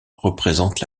représente